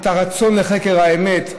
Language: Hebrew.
את הרצון לחקר האמת.